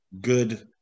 good